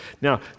Now